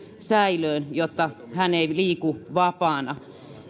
säilöön jotta hän ei liiku vapaana